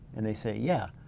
and they say yeah.